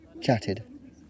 chatted